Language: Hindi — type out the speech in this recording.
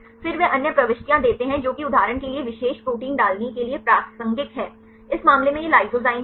फिर वे अन्य प्रविष्टियां देते हैं जो कि उदाहरण के लिए विशेष प्रोटीन डालने के लिए प्रासंगिक हैं इस मामले में यह लाइसोजाइम है